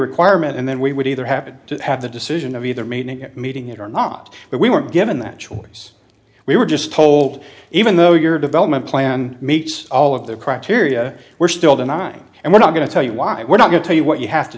requirement and then we would either happen to have the decision of either meaning meeting it or not but we were given that choice we were just told even though your development plan meets all of the criteria we're still denying and we're not going to tell you why we're not going to tell you what you have to